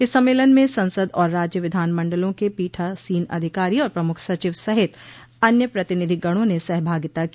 इस सम्मेलन में संसद और राज्य विधानमंडलों के पीठासीन अधिकारी और प्रमुख सचिव सहित अन्य प्रतिनिधिगणों ने सहभागिता की